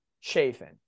Chafin